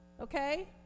okay